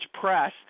press